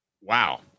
Wow